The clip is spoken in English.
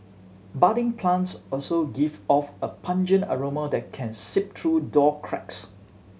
budding plants also give off a pungent aroma that can seep through door cracks